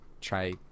try